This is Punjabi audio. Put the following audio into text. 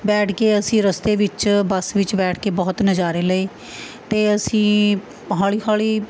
ਬੈਠ ਕੇ ਅਸੀਂ ਰਸਤੇ ਵਿੱਚ ਬੱਸ ਵਿੱਚ ਬੈਠ ਕੇ ਬਹੁਤ ਨਜਾਰੇ ਲਏ ਅਤੇ ਅਸੀਂ ਹੌਲ਼ੀ ਹੌਲ਼ੀ